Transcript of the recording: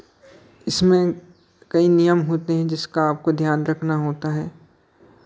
इसमें कई नियम होते हैं जिसका आपको ध्यान रखना होता है